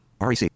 rec